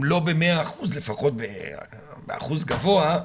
אם לא במאה אחוז לפחות באחוז גבוה,